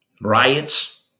Riots